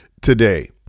today